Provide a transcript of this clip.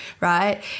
right